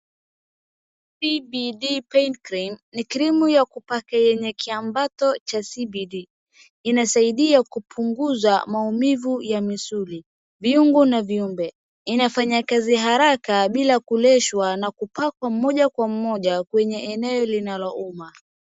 CBD pain cream ni cream ya kupaka yenye kiambato cha [cs[CBD inasaidia kupunguza maumivu ya misuli, viungu na viumbe inafanya kazi haraka bila kuleshwa na kupakwa moja kwa moja kwenye eneo linalouma.